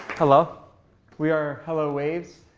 hello we are hello waves.